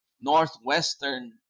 northwestern